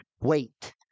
wait